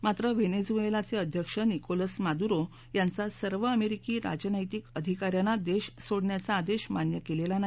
मात्र वेनेजुएलाचे अध्यक्ष निकोलस मेडुरो यांचा सर्व अमेरीकी राजनैतीक अधिकाऱ्यांना देश सोडण्याचा आदेश मान्य केलेला नाही